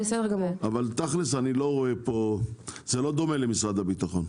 אבל תכל'ס, זה לא דומה למשרד הביטחון.